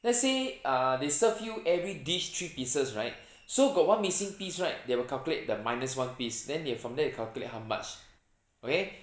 let's say uh they serve you every dish three pieces right so got one missing piece right they will calculate the minus one piece then they from there they calculate how much okay